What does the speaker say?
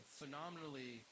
phenomenally